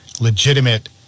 legitimate